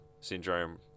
Syndrome